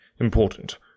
Important